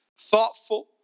thoughtful